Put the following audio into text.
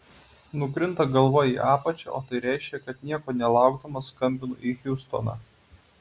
nukrinta galva į apačią o tai reiškia kad nieko nelaukdamas skambinu į hjustoną